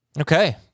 Okay